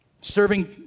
Serving